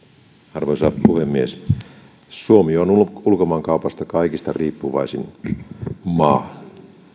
arvoisa puhemies suomi on ulkomaankaupasta kaikista riippuvaisin maa